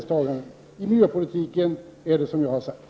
När det gäller miljöpolitiken förhåller det sig så som jag har sagt.